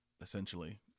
essentially